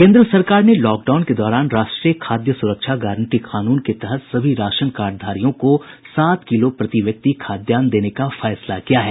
केन्द्र सरकार ने लॉक डाउन के दौरान राष्ट्रीय खाद्य सुरक्षा गारंटी कानून के तहत सभी राशन कार्डधारियों को सात किलो प्रति व्यक्ति खाद्यान्न देने का फैसला किया है